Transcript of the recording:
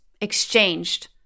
exchanged